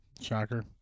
Shocker